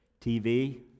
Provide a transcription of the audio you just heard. TV